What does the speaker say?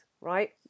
right